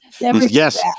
Yes